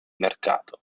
mercato